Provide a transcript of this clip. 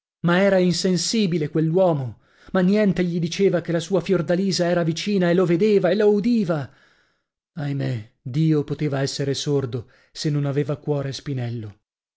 ma era insensibile quell'uomo ma niente gli diceva che la sua fiordalisa era vicina e lo vedeva e lo udiva ahimè dio poteva essere sordo se non aveva cuore spinello